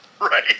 Right